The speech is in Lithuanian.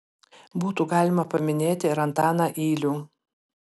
būtų galima paminėti ir antaną ylių